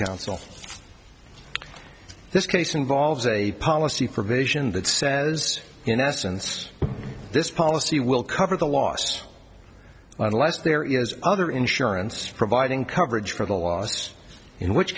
council this case involves a policy provision that says in essence this policy will cover the loss unless there is other insurance providing coverage for the loss in which